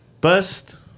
Bust